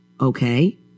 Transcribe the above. Okay